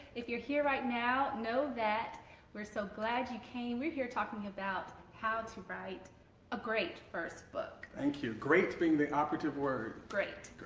if you're here right now, know that we're so glad you came we're here talking about how to write a great first book. thank you! great being the operative word. great!